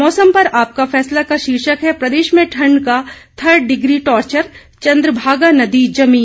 मौसम पर आपका फैसला का शीर्षक है प्रदेश में ठंड का थर्ड डिग्री टॉर्चर चंद्रभागा नदी जमी